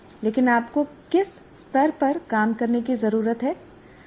लेकिन आपको किस स्तर पर काम करने की जरूरत है